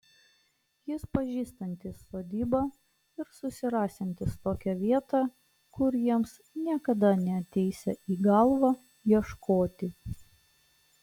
jis pažįstantis sodybą ir susirasiantis tokią vietą kur jiems niekada neateisią į galvą ieškoti